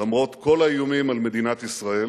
למרות כל האיומים על מדינת ישראל